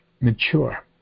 mature